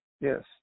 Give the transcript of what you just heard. Yes